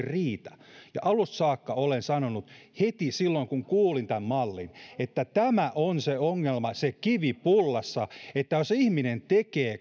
riitä ja alusta saakka olen sanonut heti silloin kun kuulin tämän mallin että tämä on se ongelma se kivi pullassa että jos ihminen tekee